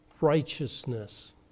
righteousness